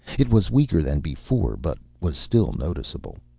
it was weaker than before, but was still noticeable.